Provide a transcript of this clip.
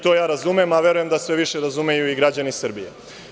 To razumem, a verujem da sve više razumeju i građani Srbije.